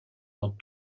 dans